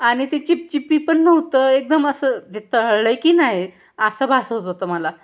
आणि ते चिपचिपी पण नव्हतं एकदम असं जे तळलं आहे की नाही असा भास होत होता मला